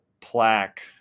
plaque